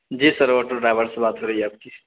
جی sir auto driver سے بات ہو رہی ہے آپ کی